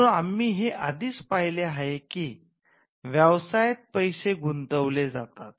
म्हणून आम्ही हे आधीच पाहिले आहे की व्यवसायात पैसे गुंतवले जातात